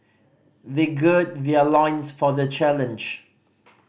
they gird their loins for the challenge